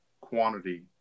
quantity